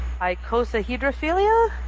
icosahedrophilia